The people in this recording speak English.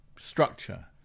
structure